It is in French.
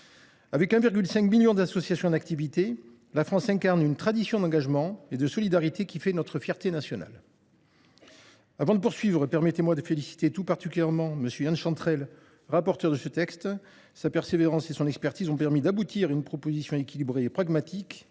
Avec un million et demi d’associations en activité, la France incarne une tradition d’engagement et de solidarité qui fait notre fierté nationale. Avant de poursuivre, permettez moi de féliciter tout particulièrement M. Yan Chantrel, rapporteur de ce texte. Sa persévérance et son expertise ont permis d’aboutir à un texte équilibré et pragmatique,